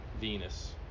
Venus